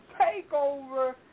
TakeOver